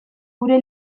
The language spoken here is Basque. gure